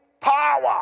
power